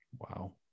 Wow